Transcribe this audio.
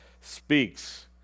speaks